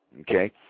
Okay